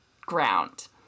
ground